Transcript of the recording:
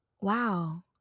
wow